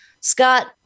Scott